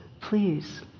please